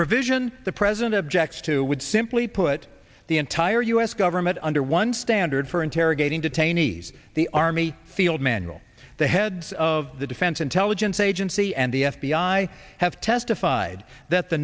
provision the president objects to would simply put the entire u s government under one standard for interrogating detainees the army field manual the heads of the defense intelligence agency and the f b i have testified that